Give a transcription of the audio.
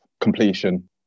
completion